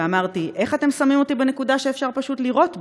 ואמרתי: איך אתם שמים אותי בנקודה שאפשר פשוט לירות בי?